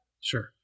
Sure